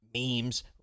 memes